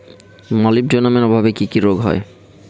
মলিবডোনামের অভাবে কি কি রোগ হয়?